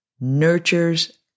nurtures